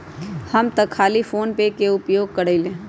हम तऽ खाली फोनेपे के उपयोग करइले